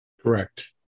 Correct